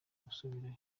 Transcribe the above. gusubirayo